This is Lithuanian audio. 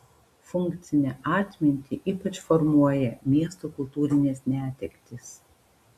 funkcinę atmintį ypač formuoja miesto kultūrinės netektys